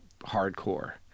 hardcore